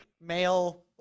male